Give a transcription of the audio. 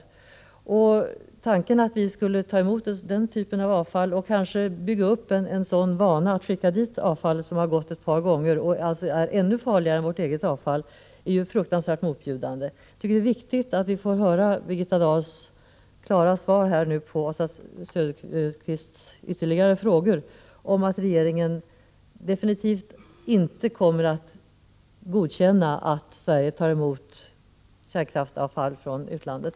Tanken att vi skulle ta emot den typen av avfall och så att säga bygga upp en vana att skicka hit avfall som har gått ett par gånger i reaktorn och alltså är ännu farligare än vårt eget avfall ter sig ju fruktansvärt motbjudande. Jag tycker det är viktigt att vi får ett klart svar från Birgitta Dahl på Oswald Söderqvists frågor när det gäller detta att regeringen definitivt inte kommer att godkänna att Sverige tar emot kärnkraftsavfall från utlandet.